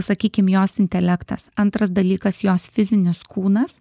sakykim jos intelektas antras dalykas jos fizinis kūnas